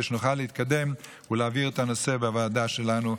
שנוכל להתקדם ולהעביר את הנושא בוועדה שלנו,